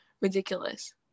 ridiculous